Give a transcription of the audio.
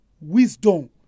wisdom